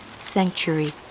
Sanctuary